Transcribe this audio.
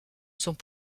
sont